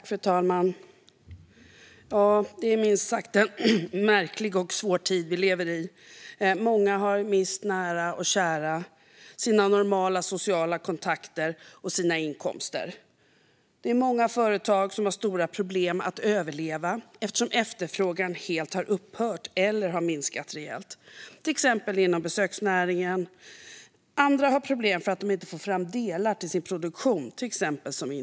Fru talman! Det är minst sagt en märklig och svår tid vi lever i. Många har mist nära och kära, sina normala sociala kontakter och sina inkomster. Många företag, till exempel inom besöksnäringen, har stora problem att överleva eftersom efterfrågan helt har upphört eller har minskat rejält. Andra, till exempel inom industrin, har problem därför att de inte får fram delar till sin produktion.